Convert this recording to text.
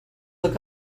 look